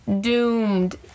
doomed